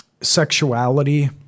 sexuality